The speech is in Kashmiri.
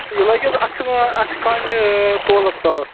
یہِ لَگہِ حظ اَتھٕ اَتھٕ کامہِ تولَس ساس